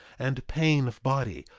and pain of body,